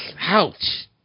Ouch